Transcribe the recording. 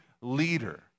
leader